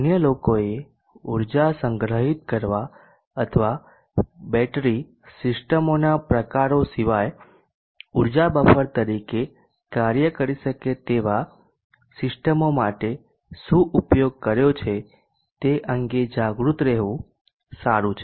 અન્ય લોકોએ ઊર્જા સંગ્રહિત કરવા અથવા બેટરી સિસ્ટમોના પ્રકારો સિવાય ઉર્જા બફર તરીકે કાર્ય કરી શકે તેવા સિસ્ટમો માટે શું ઉપયોગ કર્યો છે તે અંગે જાગૃત રહેવું સારું છે